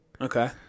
Okay